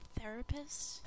therapist